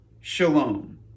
Shalom